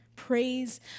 Praise